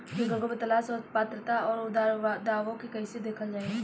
विकल्पों के तलाश और पात्रता और अउरदावों के कइसे देखल जाइ?